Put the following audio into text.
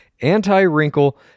anti-wrinkle